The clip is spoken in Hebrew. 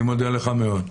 אני מודה לך מאוד.